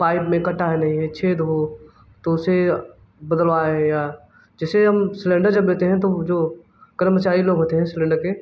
pipe में कटा है नहीं है छेद हो तो उसे बदलवाएँ या जैसे हम सिलेंडर जब लेते हैं तो वह जो कर्मचारी लोग होते हैं सिलेंडर के